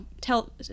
tell